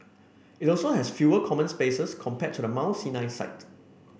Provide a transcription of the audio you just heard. it also has fewer common spaces compared to the Mount Sinai site